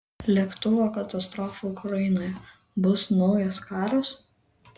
lėktuvo katastrofa ukrainoje bus naujas karas